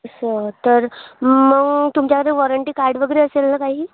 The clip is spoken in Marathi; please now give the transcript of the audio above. असं तर मग तुमच्याकडे वॉरंटी कार्ड वगैरे असेल ना काही